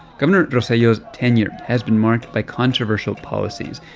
governor rossello's tenure has been marked by controversial policies.